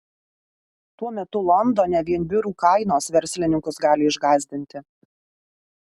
tuo metu londone vien biurų kainos verslininkus gali išgąsdinti